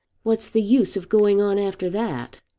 what's the use of going on after that?